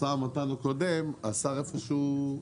במשא ומתן הקודם השר איפשהו,